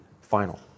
final